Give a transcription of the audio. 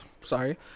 sorry